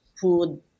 food